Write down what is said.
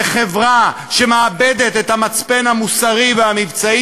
וחברה שמאבדת את המצפן המוסרי והמבצעי